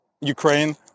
Ukraine